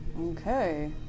Okay